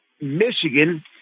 Michigan